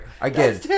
again